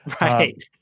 Right